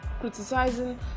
criticizing